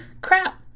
crap